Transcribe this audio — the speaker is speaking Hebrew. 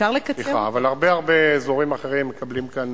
אפשר לקצר, אבל הרבה הרבה אזורים אחרים מקבלים כאן